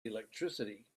electricity